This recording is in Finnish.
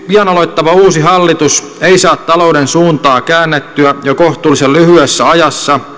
pian aloittava uusi hallitus ei saa talouden suuntaa käännettyä jo kohtuullisen lyhyessä ajassa